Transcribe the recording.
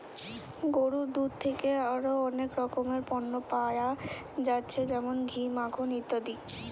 গরুর দুধ থিকে আরো অনেক রকমের পণ্য পায়া যাচ্ছে যেমন ঘি, মাখন ইত্যাদি